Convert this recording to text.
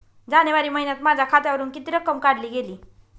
जानेवारी महिन्यात माझ्या खात्यावरुन किती रक्कम काढली गेली?